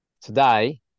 today